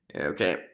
Okay